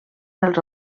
dels